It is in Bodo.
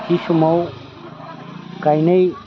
थि समाव गायनाय